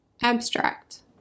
Abstract